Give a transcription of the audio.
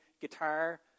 guitar